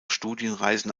studienreisen